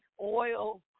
oil